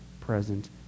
present